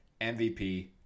MVP